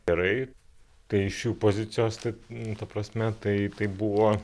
gerai tai iš jų pozicijos tai ta prasme tai taip buvo